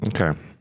Okay